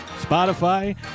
Spotify